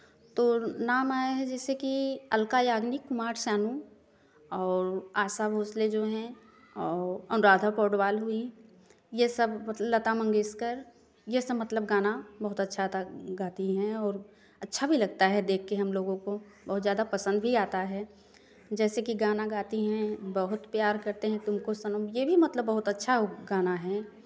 तो नाम आया है जैसे कि अलका याग्निक कुमार सानू और आशा भोसले जो हैं औ अनुराधा पौडवाल हुई यह सब मत लता मंगेशकर यह सब मतलब गाना बहुत अच्छा गाती हैं और अच्छा भी लगता है देख के हम लोगों को बहुत ज़्यादा पसंद भी आता है जैसे कि गाना गाती हैं बहुत प्यार करते हैं तुमको सनम यह भी मतलब बहुत अच्छा गाना है